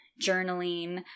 journaling